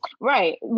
Right